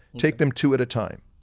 take them two at a time.